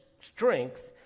strength